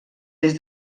des